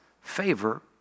favor